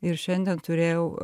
ir šiandien turėjau